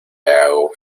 hago